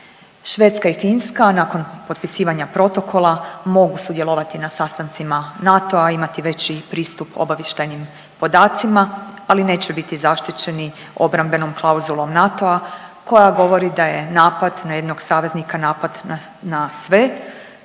Švedska i Finska nakon potpisivanja Protokola mogu sudjelovati na sastancima NATO-a, imati veći pristup obavještajnim podacima, ali neće biti zaštićeni obrambenom klauzulom NATO-a koja govori da je napad na jednog saveznika napad na sve